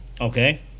Okay